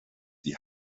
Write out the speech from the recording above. die